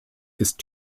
ist